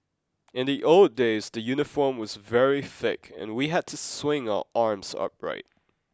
in the old days the uniform was very thick and we had to swing our arms upright